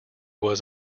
was